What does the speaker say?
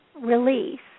release